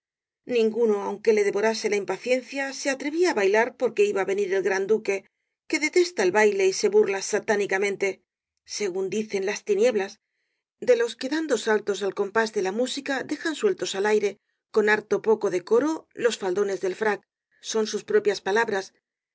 ninguno aunque le devorase la impaciencia se atrevía á bailar porque iba á venir el gran duque que detesta el baile y se burla satánicament e según dicen las tinieblasde los que dando saltos al compás de la música dejan sueltos al aire con harto poco decoro los faldones del frac son sus propias palabras